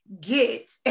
Get